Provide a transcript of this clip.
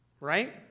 right